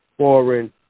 Foreign